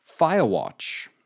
Firewatch